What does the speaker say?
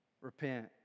Repent